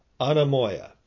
Anamoya